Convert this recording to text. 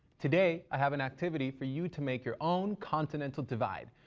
today, i have an activity for you to make your own continental divide,